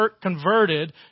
converted